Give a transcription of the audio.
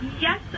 Yes